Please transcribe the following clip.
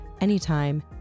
anytime